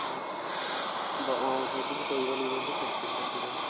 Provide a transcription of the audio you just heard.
অঁ অঁ অঁ সেইখিনি কৰিব লাগিব নহয় ফেষ্টিভেলত দিবলৈ